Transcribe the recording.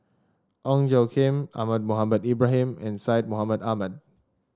Ong Tjoe Kim Ahmad Mohamed Ibrahim and Syed Mohamed Ahmed